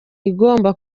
igomba